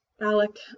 Alec